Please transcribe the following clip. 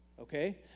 okay